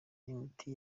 imiti